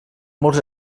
molts